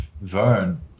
Vern